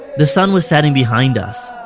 the sun was setting behind us,